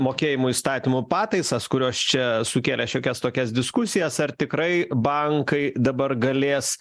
mokėjimų įstatymų pataisas kurios čia sukėlė šiokias tokias diskusijas ar tikrai bankai dabar galės